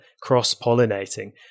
cross-pollinating